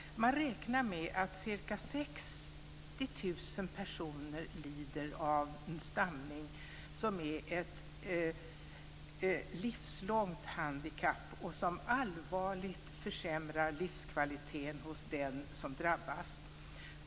Man räknar med att ca 60 000 personer lider av stamning, som är ett livslångt handikapp och som allvarligt försämrar livskvaliteten hos den som drabbas.